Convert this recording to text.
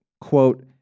quote